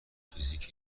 فیزیک